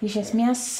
iš esmės